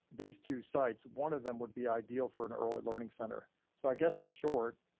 these two sites, one of them would be ideal for an early learning center. so i guess, in short,